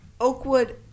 Oakwood